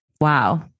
wow